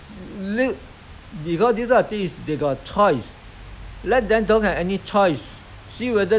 come to the end is you have to eat organic life lah I think Hong-Kong in Hong-Kong while the richmond